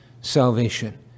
salvation